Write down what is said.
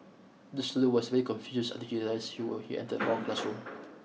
the student was very confused he were he entered wrong classroom